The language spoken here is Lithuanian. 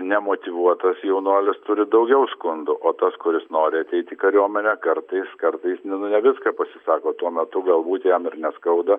nemotyvuotas jaunuolis turi daugiau skundų o tas kuris nori ateit į kariuomenę kartais kartais nu ne viską pasisako tuo metu galbūt jam ir neskauda